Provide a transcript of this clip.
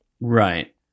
Right